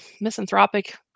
misanthropic